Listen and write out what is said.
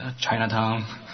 Chinatown